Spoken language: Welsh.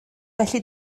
felly